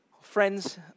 Friends